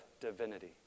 divinity